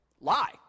Lie